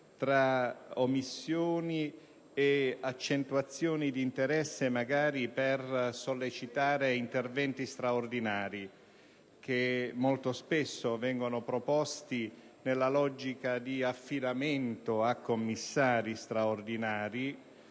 tra omissioni e accentuazioni di interesse, magari per sollecitare interventi straordinari che molto spesso vengono proposti nella logica di affidamento a commissari straordinari,